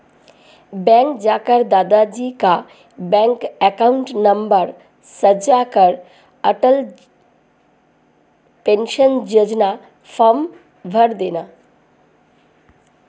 bank जाकर दादा जी का बैंक अकाउंट नंबर साझा कर अटल पेंशन योजना फॉर्म भरदेना